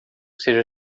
seja